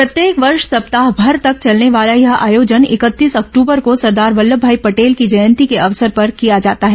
प्रत्येक वर्ष सप्ताहभर तक चलने वाला यह आयोजन इकतीस अक्तूबर को सरदार वल्लभभाई पटेल की जयंती के अवसर पर किया जाता है